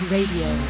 Radio